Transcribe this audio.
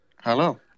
Hello